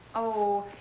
oh.